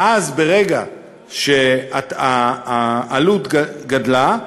ואז ברגע שהעלות גדלה,